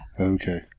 Okay